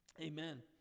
amen